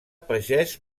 pagès